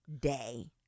day